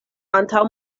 antaŭ